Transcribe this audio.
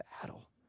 battle